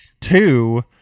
Two